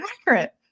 accurate